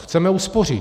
Chceme uspořit.